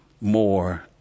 more